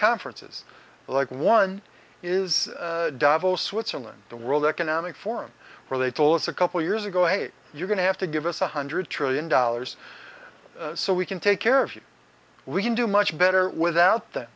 conferences like one is davos switzerland the world economic forum where they told us a couple years ago hey you're going to have to give us one hundred trillion dollars so we can take care of you we can do much better without the